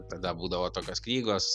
tada būdavo tokios knygos